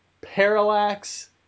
Parallax